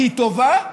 היא טובה,